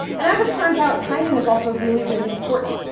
and as it turns out, timing is also really, really important.